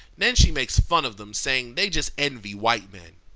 then she makes fun of them saying they just envy white men.